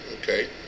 Okay